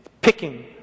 picking